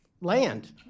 land